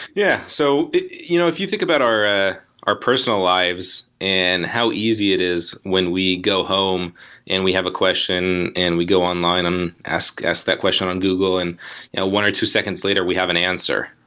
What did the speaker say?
yeah. so you know if you think about our ah our personal lives and how easy it is when we go home and we have a question and we go online and ask us that question on google and one or two seconds later we have an answer.